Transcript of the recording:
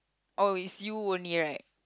oh is you only right